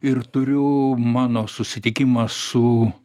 ir turiu mano susitikimą su